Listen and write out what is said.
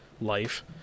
life